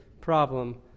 problem